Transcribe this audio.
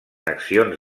accions